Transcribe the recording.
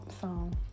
song